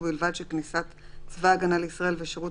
ובלבד שכניסת צבא הגנה לישראל ושירות